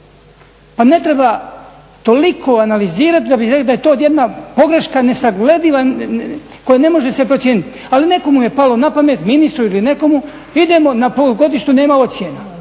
pa ne treba toliko analizirati da bi znali da je to jedna pogreška nesaglediva koja ne može se procijeniti, ali nekome je palo na pamet, ministru ili nekomu, idemo na polugodištu, nema ocjena.